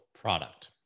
product